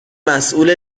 مسئول